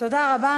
תודה רבה.